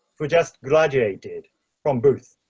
who just graduated from booth.